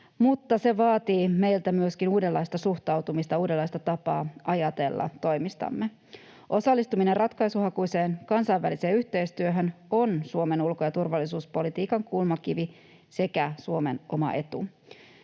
mutta se vaatii meiltä myöskin uudenlaista suhtautumista, uudenlaista tapaa ajatella toimistamme. Osallistuminen ratkaisuhakuiseen kansainväliseen yhteistyöhön on Suomen ulko- ja turvallisuuspolitiikan kulmakivi sekä Suomen oma etu.